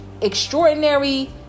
extraordinary